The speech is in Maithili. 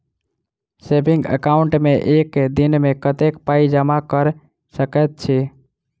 सेविंग एकाउन्ट मे एक दिनमे कतेक पाई जमा कऽ सकैत छी?